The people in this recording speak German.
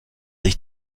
sich